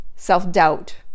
self-doubt